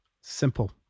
Simple